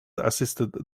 assisted